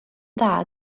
dda